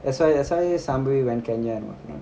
that's why that's why sumbri went kenya and all